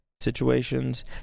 situations